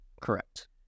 Correct